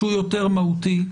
שהוא יותר מהותי,